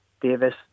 Davis